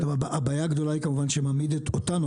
הבעיה הגדולה שזה מעמיד אותנו,